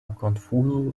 konfuzo